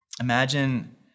Imagine